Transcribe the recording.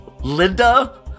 Linda